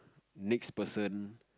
next person